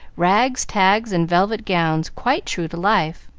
rags, tags, and velvet gowns, quite true to life.